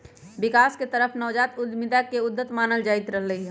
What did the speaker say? विकास के तरफ नवजात उद्यमिता के उद्यत मानल जाईंत रहले है